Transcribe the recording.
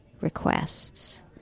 requests